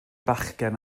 bachgen